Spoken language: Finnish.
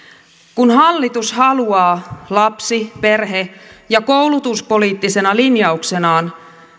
kun hallitus haluaa lapsi perhe ja koulutuspoliittisena linjauksenaan